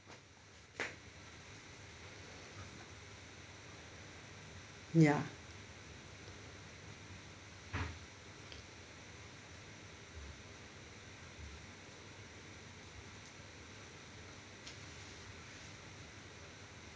ya